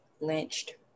lynched